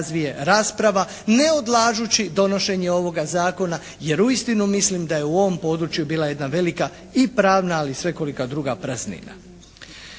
razvije rasprava ne odlažući donošenje ovoga zakona jer uistinu mislim da je u ovom području bila jedna velika i pravna ali i svekolika druga praznina.